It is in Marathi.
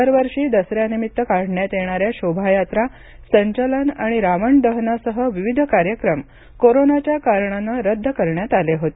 दरवर्षी दसऱ्यानिमित्त काढण्यात येणाऱ्या शोभायात्रा संचलन आणि रावणदहनासह विविध कार्यक्रम कोरोनाच्या कारणानं रद्द करण्यात आले होते